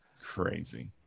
Crazy